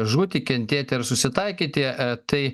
žūti kentėti ar susitaikyti tai